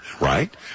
right